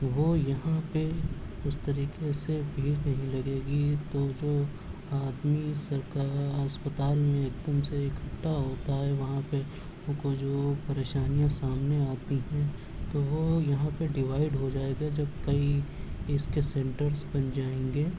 وہ یہاں پہ اس طریقہ سے بھیڑ نہیں لگے گی تو وہ آدمی سرکار اسپتال میں ایک دم سے اکٹھا ہوتا ہے وہاں پہ ان کو جو پریشانیاں سامنے آتی ہیں تو وہ یہاں پہ ڈوائیڈ ہو جائے گا جب کئی اس کے سنٹرس بن جائیں گے